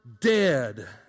dead